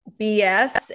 bs